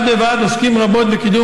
בד בבד, עוסקים רבות בקידום